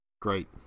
Great